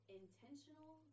intentional